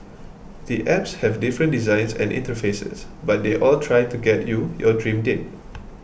the apps have different designs and interfaces but they all try to get you your dream date